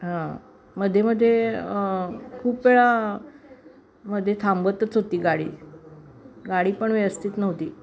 हां मध्ये मध्ये खूप वेळा मध्ये थांबतच होती गाडी गाडी पण व्यवस्थित नव्हती